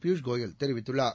பியூஷ்கோயல் தெரிவித்துள்ளார்